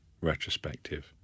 retrospective